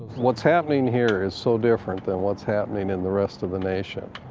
what's happening here is so different than what's happening in the rest of the nation.